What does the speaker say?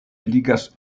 ligas